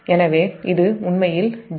எனவே இது உண்மையில் j0